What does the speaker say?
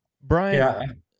brian